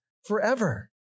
forever